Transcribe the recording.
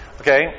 okay